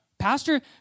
Pastor